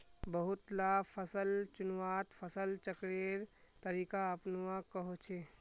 बहुत ला फसल चुन्वात फसल चक्रेर तरीका अपनुआ कोह्चे